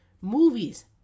movies